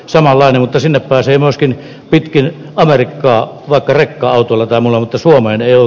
samalla mutta sinne pääsee vastine pitkille amerikka on rekka autolla tämän itä suomen eu